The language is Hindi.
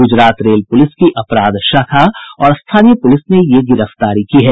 गुजरात रेल पुलिस की अपराध शाखा और स्थानीय पुलिस ने ये गिरफ्तारी की है